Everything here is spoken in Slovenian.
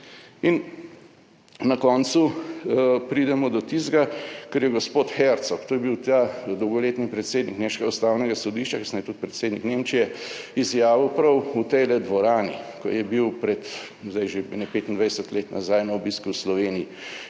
In na koncu pridemo do tistega, kar je gospod Hercog, to je bil ta dolgoletni predsednik nemškega ustavnega sodišča, kasneje tudi predsednik Nemčije, izjavil prav v tej dvorani, ko je bil pred, zdaj že ne 25 let nazaj na obisku v Sloveniji,